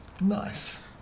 nice